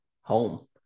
home